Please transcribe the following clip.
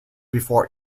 before